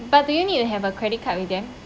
but do you need to have a credit card with them